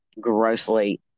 grossly